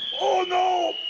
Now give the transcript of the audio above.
oh no!